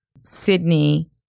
Sydney